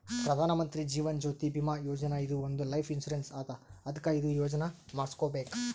ಪ್ರಧಾನ್ ಮಂತ್ರಿ ಜೀವನ್ ಜ್ಯೋತಿ ಭೀಮಾ ಯೋಜನಾ ಇದು ಒಂದ್ life insurance ಅದಾ ಅದ್ಕ ಇದು ಯೋಜನಾ ಮಾಡುಸ್ಕೊಬೇಕ್